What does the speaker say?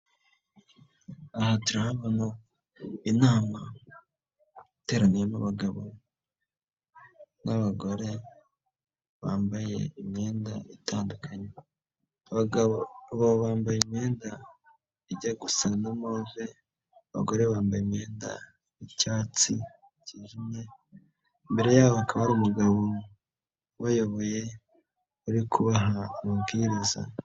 Aha turahabona inama iteraniyemo abagabo n'abagore bambaye imyenda itandukanye, bambaye imyenda ijya gusa na move, abagore bambaye imyenda y'icyatsi kijimye, imbere yaho kandi umugabo ubayoboye uri kubaha amabwiriza.